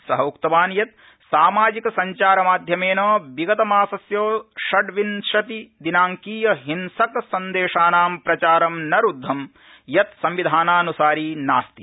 स उक्तवान् यत् सामाजिक संचार माध्यमेन विगतमासस्य षड्विशति दिनांकीय हिंसक संदेशानां प्रचारं न रूद्धम् यत् संविधानानसारि नास्ति